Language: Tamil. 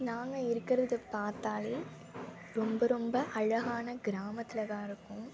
நாங்கள் இருக்கிறது பார்த்தாலே ரொம்ப ரொம்ப அழகான கிராமத்தில் தான் இருக்கோம்